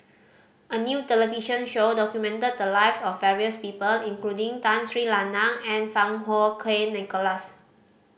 a new television show documented the lives of various people including Tun Sri Lanang and Fang Kuo Wei Nicholas